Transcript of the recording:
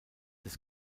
des